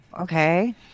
okay